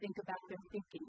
think about it